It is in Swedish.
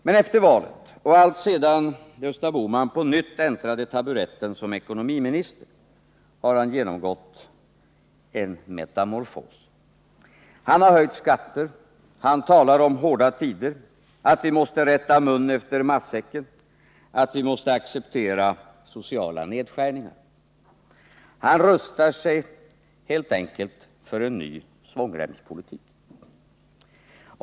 Men efter valet och alltsedan Gösta Bohman på nytt äntrade taburetten som ekonomiminister har han genomgått en metamorfos. Han har höjt skatter, han talar om hårda tider, att vi måste rätta mun efter matsäcken, att vi 121 måste acceptera sociala nedskärningar. Han rustar sig helt enkelt för en ny svångremspolitik.